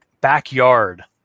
backyard